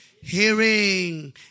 hearing